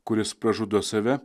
kuris pražudo save